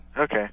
Okay